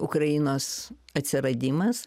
ukrainos atsiradimas